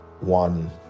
one